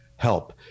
help